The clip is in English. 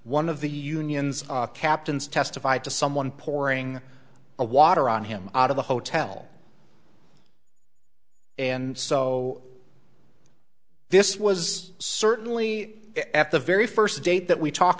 one of the unions captains testified to someone pouring a water on him out of the hotel and so this was certainly at the very first date that we talk